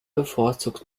bevorzugt